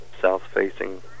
south-facing